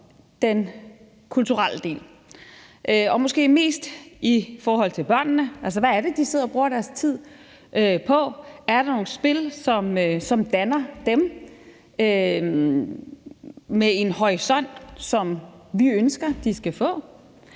den kulturelle del og måske mest i forhold til børnene. Hvad er det, de sidder og bruger deres tid på? Er der nogle spil, som danner dem med en horisont, som vi ønsker de skal få?